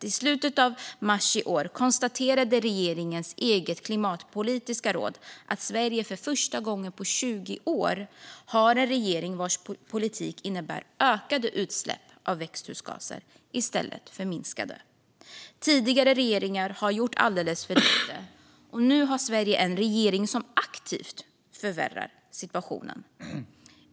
I slutet av mars i år konstaterade regeringens eget klimatpolitiska råd att Sverige för första gången på 20 år har en regering vars politik innebär ökade utsläpp av växthusgaser i stället för minskade. Tidigare regeringar har gjort alldeles för lite. Nu har Sverige en regering som aktivt förvärrar situationen.